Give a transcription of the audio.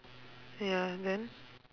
ya then